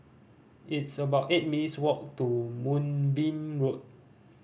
it's about eight minutes' walk to Moonbeam Road